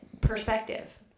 perspective